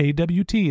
AWT